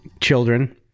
children